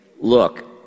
look